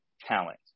talent